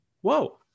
Whoa